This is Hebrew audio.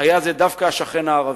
היה זה דווקא השכן הערבי,